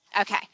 Okay